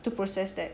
to process that